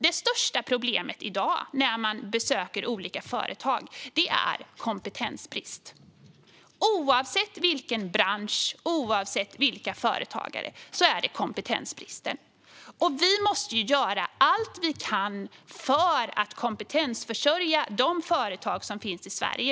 Det största problemet i dag när man besöker olika företag är kompetensbrist. Oavsett vilken bransch, oavsett vilka företagare är det kompetensbrist. Vi måste göra allt vi kan för att kompetensförsörja de företag som finns i Sverige.